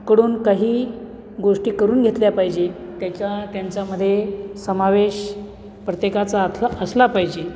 कडून काही गोष्टी करून घेतल्या पाहिजे त्याच्या त्यांच्यामध्ये समावेश प्रत्येकाचा असला असला पाहिजे